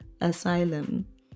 Asylum